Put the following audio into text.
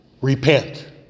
Repent